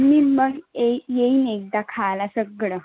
मी मग ए येईन एकदा खायला सगळं